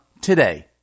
today